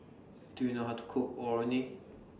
Do YOU know How to Cook Orh Nee